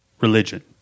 religion